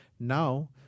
Now